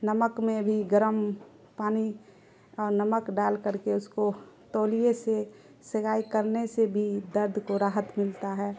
نمک میں بھی گرم پانی اور نمک ڈال کر کے اس کو تولیے سے سیکائی کرنے سے بھی درد کو راحت ملتا ہے